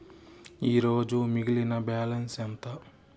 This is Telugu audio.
ఈరోజు మిగిలిన బ్యాలెన్స్ ఎంత?